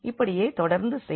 இப்படியே தொடர்ந்து செய்க